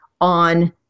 on